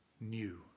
new